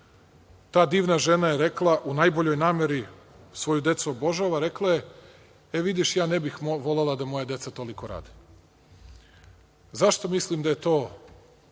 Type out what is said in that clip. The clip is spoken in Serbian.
Ta divna žena je rekla, u najboljoj nameri, svoju decu obožava, rekla je: „E, vidiš, ja ne bih volela da moja deca toliko rade“.Zašto mislim da je to